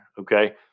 Okay